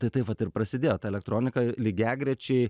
tai tai vat ir prasidėjo ta elektronika lygiagrečiai